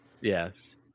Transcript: Yes